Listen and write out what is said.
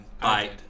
Bye